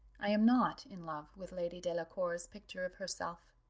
i am not in love with lady delacour's picture of herself,